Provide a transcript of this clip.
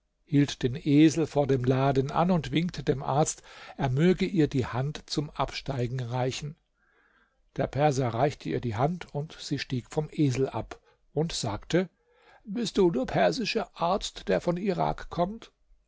hielt den esel vor dem laden an und winkte dem arzt er möge ihr die hand zum absteigen reichen der perser reichte ihr die hand sie stieg vom esel ab und sagte bist du der persische arzt der von irak kommt